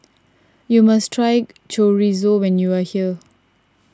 you must try Chorizo when you are here